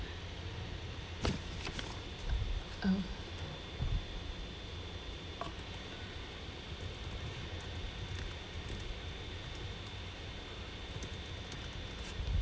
oh